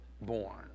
born